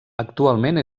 actualment